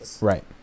Right